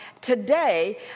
today